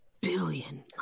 billion